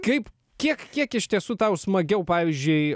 kaip kiek kiek iš tiesų tau smagiau pavyzdžiui